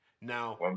Now